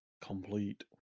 complete